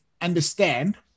understand